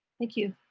thank you.